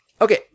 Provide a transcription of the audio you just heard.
Okay